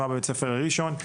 הוא היה בפרויקט בראשון.